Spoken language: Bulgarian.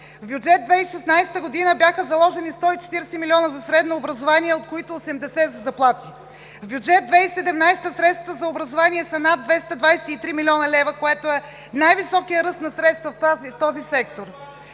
В Бюджет 2016 г. бяха заложени 140 милиона за средно образование, от които 80 милиона за заплати. В Бюджет 2017 г. средствата за образование са над 223 млн. лв., което е най-високият ръст на средства в този сектор.